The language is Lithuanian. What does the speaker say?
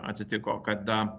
atsitiko kada